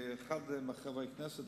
אחד מחברי הכנסת,